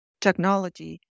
technology